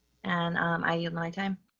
and um i you my time.